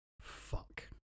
fuck